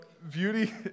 Beauty